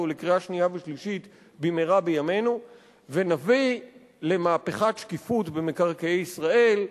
בקריאה שנייה ושלישית במהרה בימינו ונביא למהפכת שקיפות במקרקעי ישראל,